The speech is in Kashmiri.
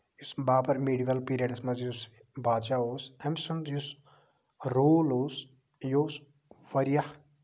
یُس بابر مِڈیوَل پیرڈَس منٛز یُس بادشاہ اوس أمۍ سُنٛد سُنٛد یُس رول اوس یہِ اوس واریاہ